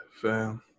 Fam